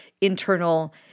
internal